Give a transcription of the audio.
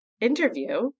interview